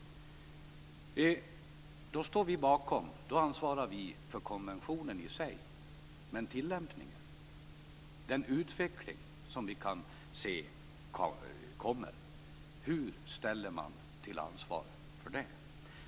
Då står vi bakom, ansvarar för, konventionen i sig. Men hur blir det med tillämpningen, med den utveckling som vi kan se kommer? Hur ställer man till ansvar där?